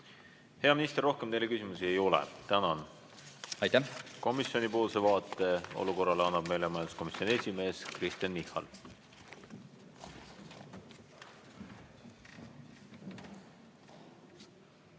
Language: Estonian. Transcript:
Hea minister, rohkem teile küsimusi ei ole. Tänan! Komisjonipoolse vaate olukorrale annab meile majanduskomisjoni esimees Kristen Michal.